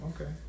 okay